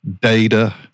data